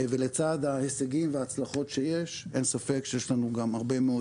ולצד ההישגים וההצלחות שיש אין ספק שיש לנו גם הרבה מאוד